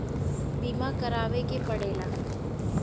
बीमा करावे के पड़ेला